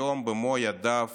היום במו ידיו